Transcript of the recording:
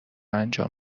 انجام